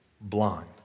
blind